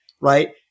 right